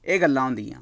एह् गल्लां होंदियां